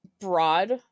broad